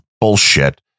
bullshit